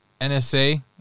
NSA